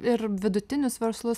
ir vidutinius verslus